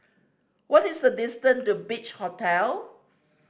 what is the distance to Beach Hotel